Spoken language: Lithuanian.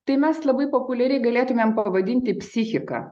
tai mes labai populiariai galėtumėm pavadinti psichika